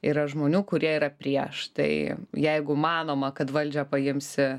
yra žmonių kurie yra prieš tai jeigu manoma kad valdžią paimsi